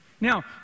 Now